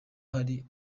hari